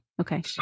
Okay